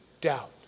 doubt